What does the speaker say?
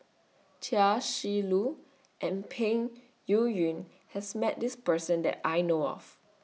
Chia Shi Lu and Peng Yuyun has Met This Person that I know of